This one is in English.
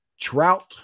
Trout